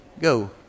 go